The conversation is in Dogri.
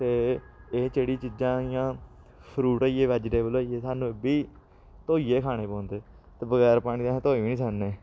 ते एह् जेहडी चीजां जि'यां फ्रूट होई गे बेजीटेबल होई गे सानूं एह् बी धोइयै खाने पोंदे न ते बगैर पानी दे अस धोई बी निं सकने